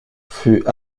fut